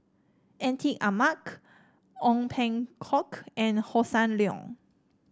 Atin Amat Ong Peng Hock and Hossan Leong